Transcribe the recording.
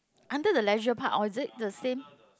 under the leisure park or is it the same